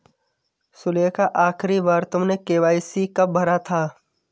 सुलेखा, आखिरी बार तुमने के.वाई.सी कब भरा था?